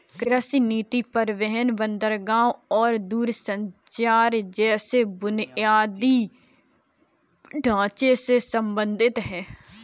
कृषि नीति परिवहन, बंदरगाहों और दूरसंचार जैसे बुनियादी ढांचे से संबंधित है